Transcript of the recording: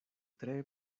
tre